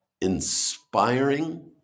inspiring